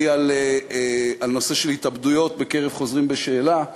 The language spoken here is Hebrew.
על הנושא של התאבדויות בקרב חוזרים בשאלה,